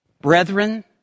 Brethren